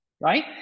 Right